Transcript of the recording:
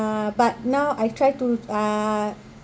uh but now I try to uh